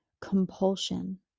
compulsion